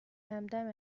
همدم